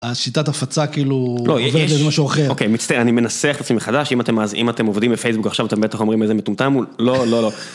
השיטת הפצה כאילו, לא, יש, עובדת על משהו אחר. אוקיי, מצטער, אני מנסח אותי מחדש, אם אתם עובדים בפייסבוק עכשיו, אתם בטח אומרים איזה מטומטם, הוא לא, לא, לא.